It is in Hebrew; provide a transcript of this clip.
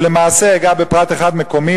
ולמעשה אגע בפרט אחד מקומי,